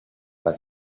but